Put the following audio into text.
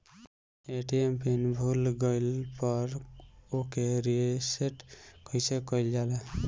ATM PIN भूल गईल पर ओके रीसेट कइसे कइल जाला?